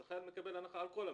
אז החייל מקבל הנחה על כל המגרש.